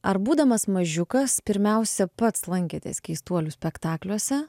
ar būdamas mažiukas pirmiausia pats lankėtės keistuolių spektakliuose